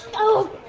oh